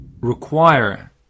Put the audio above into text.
require